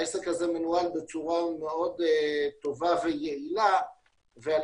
העסק מנוהל בצורה מאוד טובה ויעילה ועל